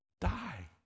die